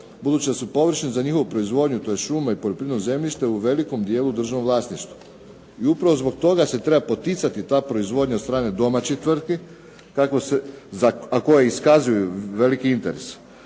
budući da su njihovu proizvodnju, tj. šume i poljoprivredno zemljište u velikom dijelu državno vlasništvo. I upravo zbog toga se treba poticati ta proizvodnja od strane domaćih tvrtki, a koje iskazuju veliki interes.